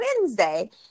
Wednesday –